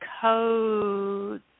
code